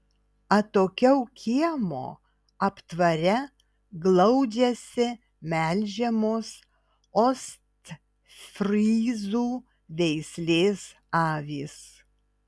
atokiau kiemo aptvare glaudžiasi melžiamos ostfryzų veislės avys